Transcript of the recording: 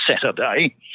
Saturday